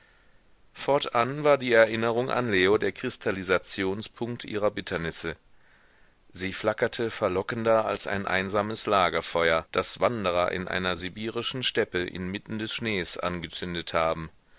fortan war die erinnerung an leo der kristallisationspunkt ihrer bitternisse sie flackerte verlockender als ein einsames lagerfeuer das wanderer in einer sibirischen steppe inmitten des schnees angezündet haben